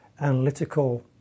analytical